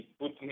put